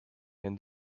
and